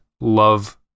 love